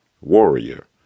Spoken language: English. warrior